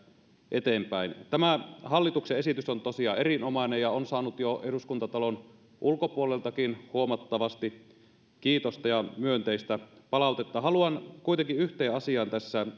eteenpäin tämä hallituksen esitys on tosiaan erinomainen ja on saanut jo eduskuntatalon ulkopuoleltakin huomattavasti kiitosta ja myönteistä palautetta haluan kuitenkin yhteen asiaan tässä